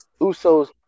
Usos